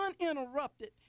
uninterrupted